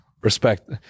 Respect